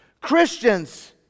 Christians